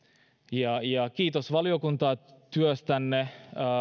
ja ja kiitos valiokunta työstänne